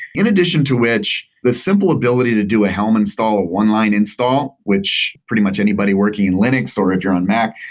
in addition to which the simple ability to do a helm install, one line install, which pretty much anybody working in linux or if you're on mac,